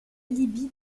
libye